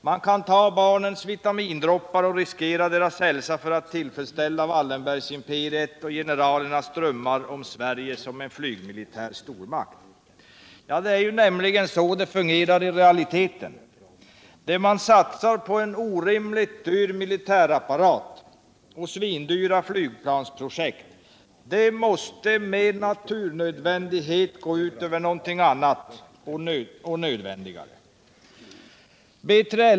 Man kan ta barnens vitamindroppar och riskera deras hälsa för att tillfredsställa Wallenbergimperiet och generalerna när de drömmer om Sverige som en flygmilitär stormakt, ty så fungerar det ju i realiteten. Det man satsar på en orimligt dyr militärapparat och svindyra flygplansprojekt måste med naturnödvändighet gå ut över någonting annat och nödvändigare.